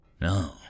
No